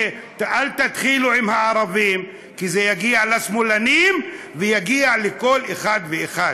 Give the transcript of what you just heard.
אל תתחילו עם הערבים כי זה יגיע לשמאלנים ויגיע לכל אחד ואחד.